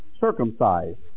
circumcised